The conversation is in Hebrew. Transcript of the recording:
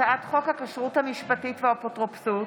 הצעת חוק הכשרות המשפטית והאפוטרופסות